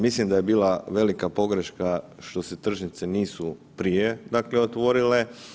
Mislim da je bila velika pogreška što se tržnice nisu prije, dakle otvorile.